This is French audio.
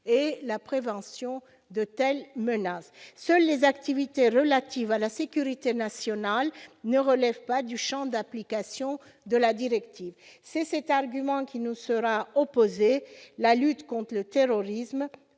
et la prévention de telles menaces ». Seules les activités relatives à la sécurité nationale ne relèvent pas du champ d'application de la directive. C'est cet argument qui nous sera opposé : la lutte contre le terrorisme,